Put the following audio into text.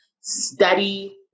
study